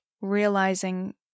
realizing